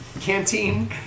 canteen